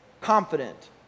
confident